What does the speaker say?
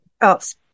else